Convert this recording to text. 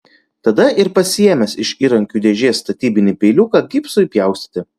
tada ir pasiėmęs iš įrankių dėžės statybinį peiliuką gipsui pjaustyti